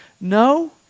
No